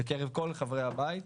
בין כל חברי הבית,